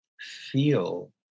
feel